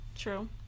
True